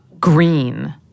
green